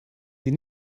sie